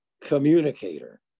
communicator